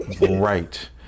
Right